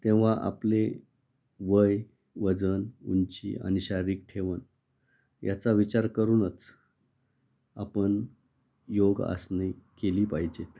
तेव्हा आपले वय वजन उंची आणि शारीरिक ठेवण याचा विचार करूनच आपण योग आसने केली पाहिजेत